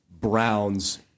Browns